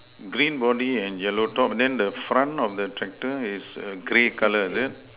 green body and yellow top then the front of the tractor is err grey color is it